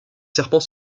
serpents